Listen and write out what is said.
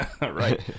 Right